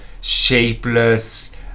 shapeless